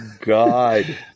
god